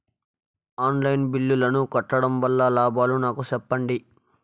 On line బిల్లుల ను కట్టడం వల్ల లాభాలు నాకు సెప్పండి?